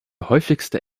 häufigste